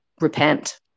repent